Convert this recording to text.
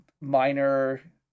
minor